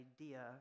idea